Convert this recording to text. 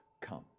come